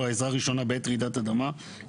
עזרה ראשונה בעת רעידת אדמה,